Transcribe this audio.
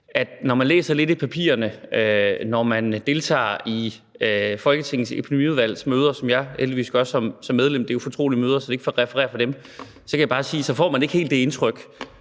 Når man læser lidt i papirerne, og når man deltager i Folketingets Epidemiudvalgs møder, hvilket jeg heldigvis gør som medlem – det er jo fortrolige møder, så det er ikke for at referere fra dem – så kan jeg bare sige, at så får man ikke helt det indtryk,